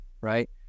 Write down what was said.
Right